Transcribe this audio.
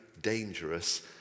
dangerous